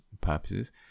purposes